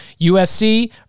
USC